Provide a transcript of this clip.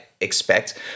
expect